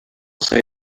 say